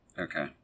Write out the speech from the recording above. Okay